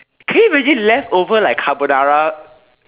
can you imagine leftover like carbonara